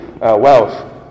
wealth